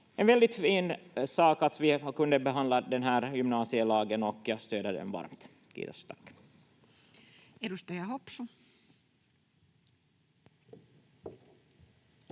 En väldigt fin sak att vi ändå kunde behandla den här gymnasielagen, och jag stöder den varmt. — Kiitos, tack. [Speech 156]